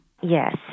Yes